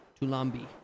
Tulambi